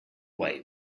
way